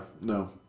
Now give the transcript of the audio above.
No